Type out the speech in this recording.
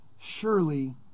surely